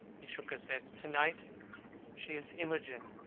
he shook his head. to-night she is imogen,